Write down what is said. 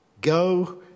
Go